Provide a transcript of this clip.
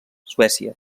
suècia